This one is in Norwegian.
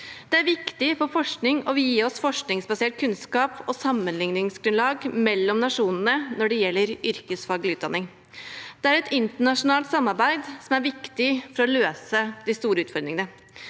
Det er viktig for forskning og vil gi oss forskningsbasert kunnskap og sammenligningsgrunnlag mellom nasjonene når det gjelder yrkesfaglig utdanning. Det er et internasjonalt samarbeid som er viktig for å løse de store utfordringene.